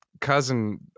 cousin